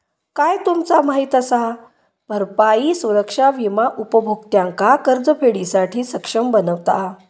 काय तुमचा माहित असा? भरपाई सुरक्षा विमा उपभोक्त्यांका कर्जफेडीसाठी सक्षम बनवता